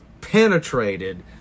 penetrated